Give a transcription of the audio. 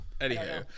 Anyhow